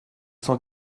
cent